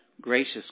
Gracious